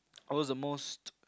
I was the most